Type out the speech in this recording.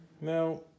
Now